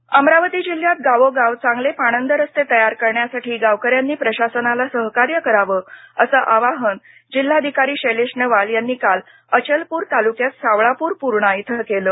रस्ते अमरावती जिल्ह्यात गावोगाव चांगले पांदणरस्ते तयार करण्यासाठी गावकऱ्यांनी प्रशासनाला सहकार्य करावं असं आवाहन जिल्हाधिकारी शैलेश नवाल यांनी काल अचलपूर तालुक्यात सावळापूर पूर्णा इथं केलं